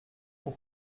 pour